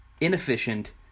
Inefficient